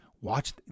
watch